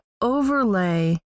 overlay